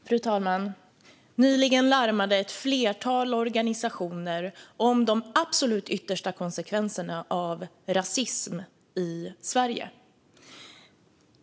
Fru talman! Nyligen larmade ett flertal organisationer om de absolut yttersta konsekvenserna av rasism i Sverige.